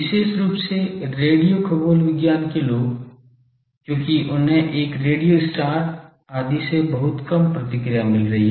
विशेष रूप से रेडियो खगोल विज्ञान के लोग क्योंकि उन्हें एक रेडियो स्टार आदि से बहुत कम प्रतिक्रिया मिल रही है